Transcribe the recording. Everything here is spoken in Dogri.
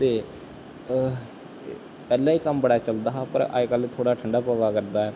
ते पैह्लें एह् कम्म बड़ा चलदा हा पर अजकल्ल थोह्ड़ा ठंडा प'वा करदा ऐ